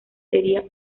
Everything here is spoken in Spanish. sería